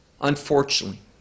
Unfortunately